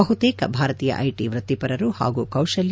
ಬಹುತೇಕ ಭಾರತೀಯ ಐಟಿ ವೃತ್ತಿಪರರು ಹಾಗೂ ಕೌಶಲ್ಲ